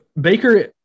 Baker